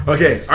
Okay